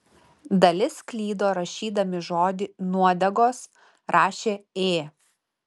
dalis klydo rašydami žodį nuodegos rašė ė